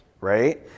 right